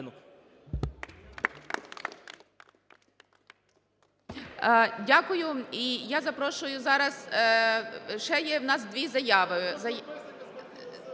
Дякую. І я запрошую зараз, ще є в нас дві заяви.